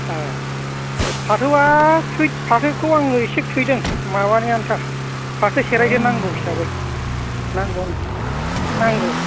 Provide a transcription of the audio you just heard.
औ फाथोआ खुइथ फाथोखौ आङो एसे खुइदों माबानि आनथा फाथो सेरायथो नांगौ हिसाबै नांगौ नांगौ